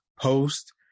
post